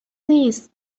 نیست